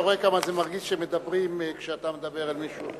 אתה רואה כמה זה מרגיז כשמדברים כשאתה מדבר אל מישהו.